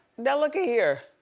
now looky here.